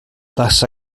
les